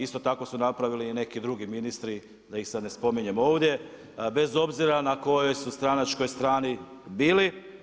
Isto tako su napravili i neki drugi ministri da ih sada ne spominjem ovdje, bez obzira na kojoj su stranačkoj strani bili.